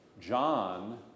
John